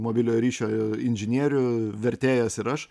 mobiliojo ryšio inžinierių vertėjas ir aš